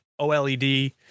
oled